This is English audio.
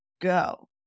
go